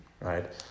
right